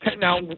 Now